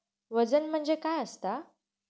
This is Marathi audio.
वजन म्हणजे काय असता?